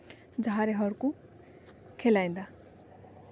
ᱡᱟᱦᱟᱸᱨᱮ ᱦᱚᱲ ᱠᱚ ᱠᱷᱮᱞᱟᱭᱮᱫᱟ